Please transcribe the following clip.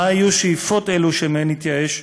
מה היו שאיפות אלה שמהן התייאש?